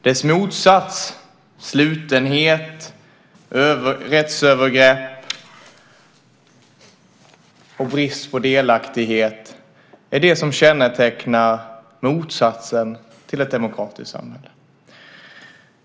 Deras motsats, slutenhet, rättsövergrepp och brist på delaktighet, är det som kännetecknar motsatsen till ett demokratiskt samhälle.